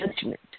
judgment